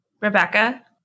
Rebecca